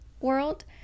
world